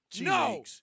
No